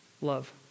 love